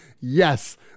Yes